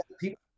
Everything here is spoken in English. People